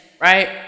right